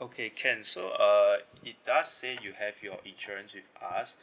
okay can so uh it does say you have your insurance with us